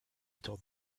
told